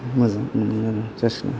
मोजां मोनो आरो जासिगोन